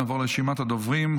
נעבור לרשימת הדוברים.